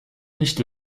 nicht